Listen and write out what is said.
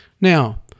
Now